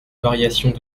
variations